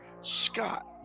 Scott